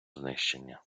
знищення